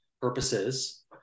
purposes